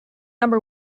number